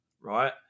right